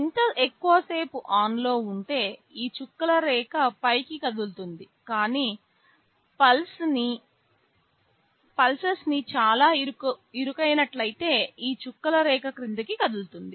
ఎంత ఎక్కువ సేపు ఆన్ లో ఉంటే ఈ చుక్కల రేఖ పైకి కదులుతుంది కానీ పల్స్ స్ చాలా ఇరుకైనట్లయితే ఈ చుక్కల రేఖ క్రిందికి కదులుతుంది